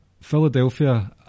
Philadelphia